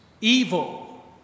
evil